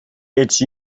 its